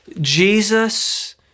Jesus